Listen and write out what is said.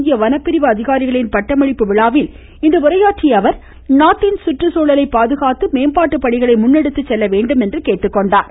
இந்திய வனப்பிரிவு அதிகாரிகளின் பட்டமளிப்பு விழாவில் இன்று உரையாற்றிய அவர் நாட்டின் சுற்றுச்சூழலை பாதுகாத்து மேம்பாட்டு பணிகளை முன்னெடுத்துச் செல்ல வேண்டும் என்று கேட்டுக்கொண்டார்